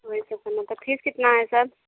वही सब करना था फीस कितना है सर